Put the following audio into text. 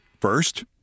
First